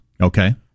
Okay